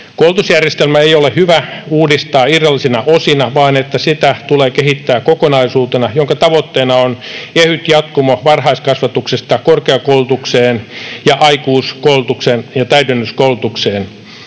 Koulutusjärjestelmää ei ole hyvä uudistaa irrallisina osina, vaan sitä tulee kehittää kokonaisuutena, jonka tavoitteena on ehyt jatkumo varhaiskasvatuksesta korkeakoulutukseen sekä aikuiskoulutukseen ja täydennyskoulutukseen.